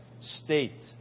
state